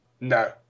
No